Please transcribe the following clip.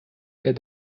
der